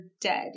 dead